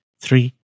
three